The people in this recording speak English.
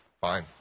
Fine